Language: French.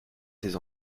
ses